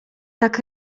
tak